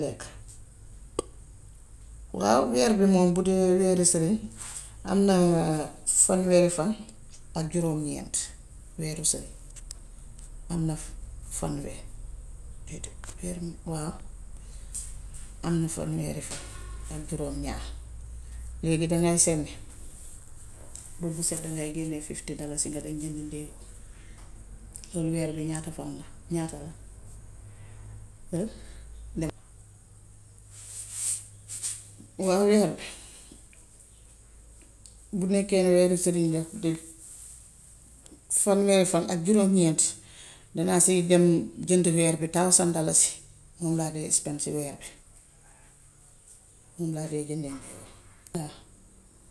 waaw weer bi moom bu dee weeru sule am nañ fanweeri fan ak juróom-ñeent. Weeru sule am na fanwe waaw am na fanweeri fan ak juróom-ñaar. Léegi dangay saña. Bés bu set dangay génne fifty dalasi nga dem jëndi njëy. Loolu weer bi ñaata fan la? Ñaata la? Waaw weer bi, bu nekkee weeru sule la fanweeri fan ak juróom-ñeent, dinaa si dem jëndi reer bi thousand dalasi. oom laa dee expend ci reer bi. Moom laa de jënde njëy.